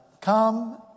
come